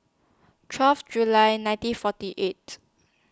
twelve July nineteen forty eight